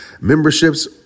memberships